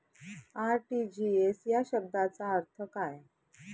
RTGS या शब्दाचा अर्थ काय?